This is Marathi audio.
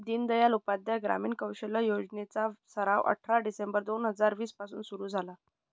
दीनदयाल उपाध्याय ग्रामीण कौशल्य योजने चा सराव अठरा डिसेंबर दोन हजार वीस पासून सुरू झाला